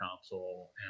console